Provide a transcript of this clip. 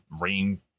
rain